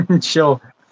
Sure